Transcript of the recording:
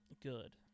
Good